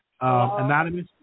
anonymous